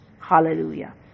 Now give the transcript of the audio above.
Hallelujah